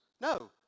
No